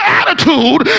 attitude